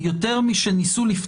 לפני שניגש